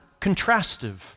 contrastive